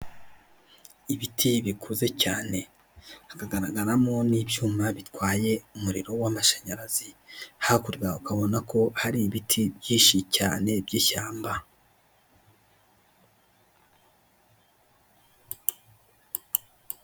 Ibiti bikuze cyane hakagaragaramo n' ibyuma bitwaye umuriro w'amashanyarazi, hakurya ukabona ko hari ibiti byinshi cyane by'ishyamba.